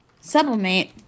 Sublimate